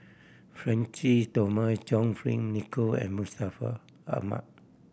Francis Thomas John Fearn Nicoll and Ahmad